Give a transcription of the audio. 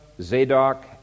Zadok